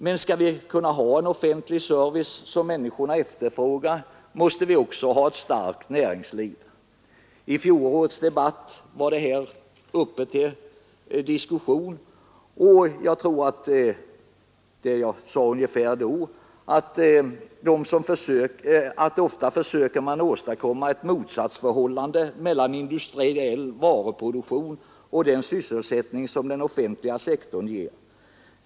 Men skall vi kunna ha en offentlig service som människorna efterfrågar, måste vi också ha ett starkt näringsliv. I fjolårets debatt var den saken uppe till diskussion, och jag tror att jag då sade att man ofta försöker åstadkomma ett motsatsförhållande mellan industriell varuproduktion och den sysselsättning som den offentliga sektorn ger.